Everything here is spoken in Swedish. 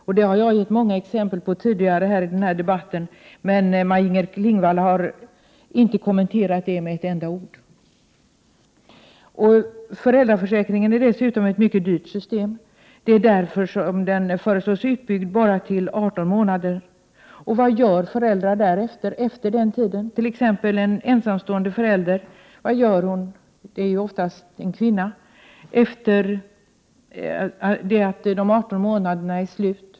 Jag har gett många exempel på det tidigare i denna debatt, men Maj-Inger Klingvall har inte kommenterat det med ett enda ord. Föräldraförsäkringen är dessutom ett mycket dyrt system. Det är därför som den föreslås utbyggd bara till 18 månader. Vad gör då föräldrar efter den tiden, t.ex. en ensamstående förälder? Vad gör hon — det är oftast en kvinna — efter det att de 18 månaderna har gått?